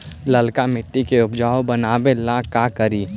लालका मिट्टियां के उपजाऊ बनावे ला का करी?